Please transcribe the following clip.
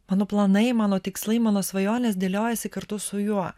mano planai mano tikslai mano svajonės dėliojasi kartu su juo